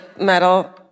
metal